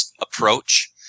approach